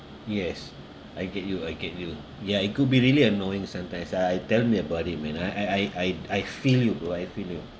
yes I get you I get you ya it could be really annoying sometimes I I tell me about it man I I I I I feel you bro I feel you